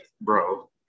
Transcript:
bro